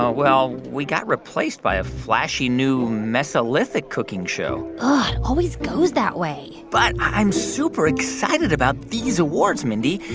ah well, we got replaced by a flashy, new mesolithic cooking show it always goes that way but i'm super excited about these awards, mindy.